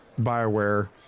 Bioware